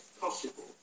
possible